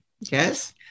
Yes